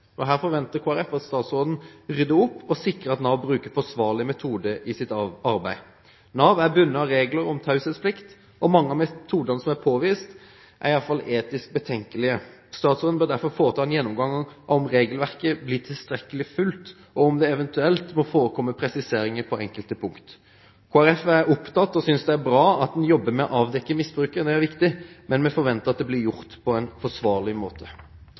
Her forventer Kristelig Folkeparti at statsråden rydder opp og sikrer at Nav bruker forsvarlige metoder i sitt arbeid. Nav er bundet av regler om taushetsplikt, og mange av de metodene som er påvist, er iallfall etisk betenkelige. Statsråden bør derfor foreta en gjennomgang av om regelverket blir tilstrekkelig fulgt, og om det eventuelt må forekomme presiseringer på enkelte punkt. Kristelig Folkeparti er opptatt av og synes det er bra at man jobber med å avdekke misbruket – det er viktig – men vi forventer at dette blir gjort på en forsvarlig måte.